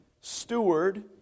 steward